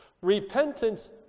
Repentance